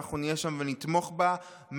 אנחנו נהיה שם ונתמוך בה מהאופוזיציה.